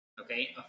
Okay